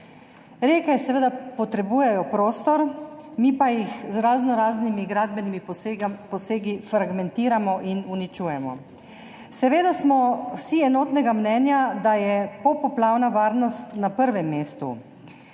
Reke seveda potrebujejo prostor, mi pa jih z raznoraznimi gradbenimi posegi fragmentiramo in uničujemo. Seveda smo vsi enotnega mnenja, da je popoplavna varnost na prvem mestu,